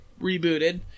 rebooted